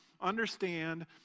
understand